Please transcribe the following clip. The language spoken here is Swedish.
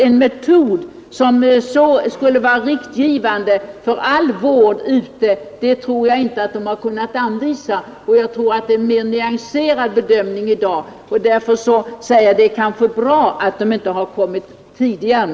En metod som skulle vara riktgivande för all vård tror jag inte kan anvisas, och jag anser att det i dag kan göras en mera nyanserad bedömning. Därför kan det vara bra att anvisningarna inte har kommit tidigare.